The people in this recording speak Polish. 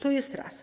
To jest raz.